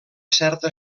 certa